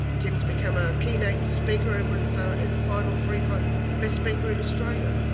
tim has become a keynote speaker and was in the final three for best speaker in australia.